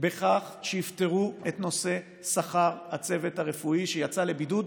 בכך שיפתרו את נושא שכר הצוות הרפואי שיצא לבידוד.